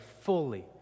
fully